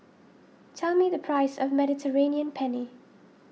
tell me the price of Mediterranean Penne